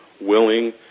willing